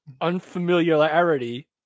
unfamiliarity